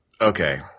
okay